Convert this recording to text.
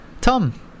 tom